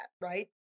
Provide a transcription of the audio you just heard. right